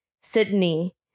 Sydney